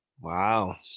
Wow